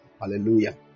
Hallelujah